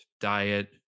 diet